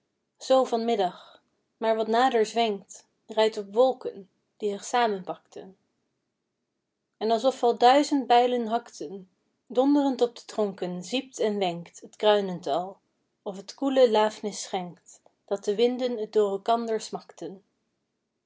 van middag maar wat nader zwenkt rijdt op wolken die zich samenpakten en alsof wel duizend bijlen hakten donderend op de tronken zwiept en wenkt t kruinental of t koele laafnis schenkt dat de winden t door elkander smakten